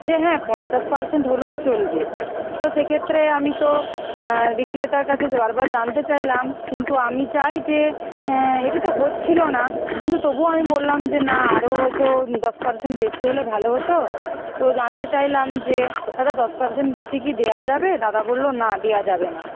যে হ্যাঁ পঞ্চাশ পার্সেন্ট হলেও চলবে তো সেক্ষেত্রে আমি তো বিক্রেতার কাছে বারবার জানতে চাইলাম কিন্তু আমি চাই যে এটাতে হচ্ছিল না কিন্তু তবুও আমি বললাম যে না আরও হয়তো দশ পার্সেন্ট বেশি হলে ভালো হতো তো জানতে চাইলাম যে দাদা দশ পার্সেন্ট বেশি কি দেওয়া যাবে দাদা বললো না দেওয়া যাবে না